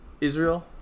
Israel